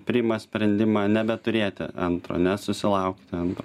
priima sprendimą nebeturėti antro nesusilaukti antro